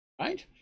right